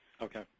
Okay